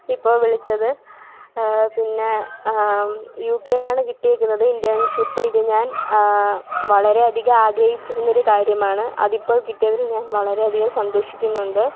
ഇപ്പോൾ വിളിച്ചത് പിന്നെ യു കെയിലാണ് കിട്ടിയിരിക്കുന്നത് ഇൻറേർൺഷിപ്പ് ഇത് ഞാൻ വളരെ അധികം ആഗ്രഹിച്ചിരുന്ന ഒരു കാര്യമാണ് അതിപ്പോൾ കിട്ടിയതിൽ ഞാൻ വളരെ അധികം സന്തോഷിക്കുന്നുണ്ട്